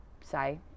say